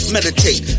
Meditate